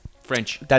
French